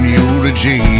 eulogy